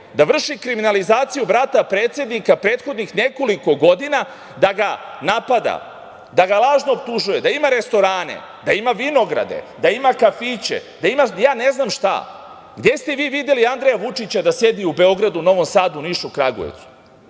da vrši kriminalizaciju brata predsednika prethodnih nekoliko godina, da ga napada, da ga lažno optužuje da ima restorane, da ima vinograde, da ima kafiće, da ima ja ne znam šta? Gde ste vi videli Andreja Vučića da sedi u Beogradu, Novom Sadu, Nišu, Kragujevcu?